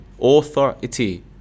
authority